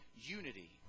unity